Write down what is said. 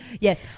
Yes